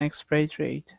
expatriate